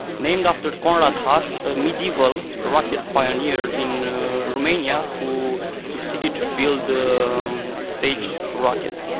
named after conrad haas, a medieval rocket pioneer in romania who succeeded to build the um stage rockets.